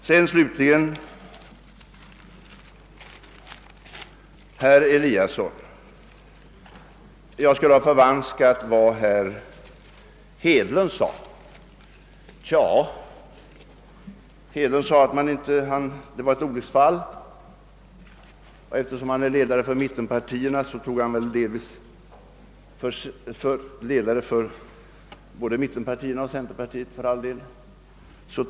Slutligen sade herr Eliasson i Sundborn att jag förvanskade var herr Hedlund sagt, men herr Hedlund sade att det var ett olycksfall att man inte kom överens, och det var ju detsamma som att man gick ur försvarskommittén.